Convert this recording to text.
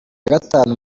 gatanu